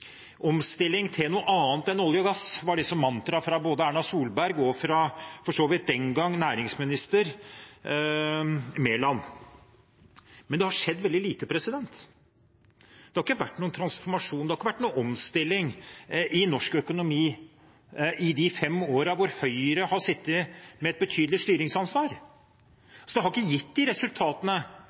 Omstilling til noe annet enn olje og gass, var mantraet både fra Erna Solberg og fra den gang næringsminister Mæland. Men det har skjedd veldig lite, det har ikke vært noen transformasjon, det har ikke vært noen omstilling i norsk økonomi i de fem årene hvor Høyre har sittet med et betydelig styringsansvar. Det har ikke gitt de resultatene